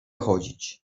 chodzić